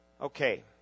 Okay